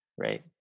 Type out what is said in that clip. Right